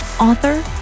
author